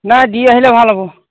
নাই দি আহিলে ভাল হ'ব